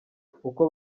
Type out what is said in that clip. uko